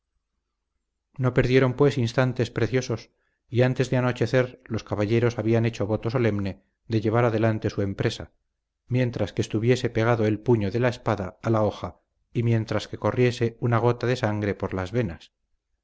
no perdieron pues instantes preciosos y antes de anochecer los caballeros habían hecho voto solemne de llevar adelante su empresa mientras que estuviese pegado el puño de la espada a la hoja y mientras que corriese una gota de sangre por las venas